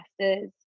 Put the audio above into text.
masters